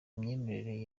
myemerere